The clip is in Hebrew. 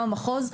גם המחוז,